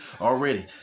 already